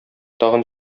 тагын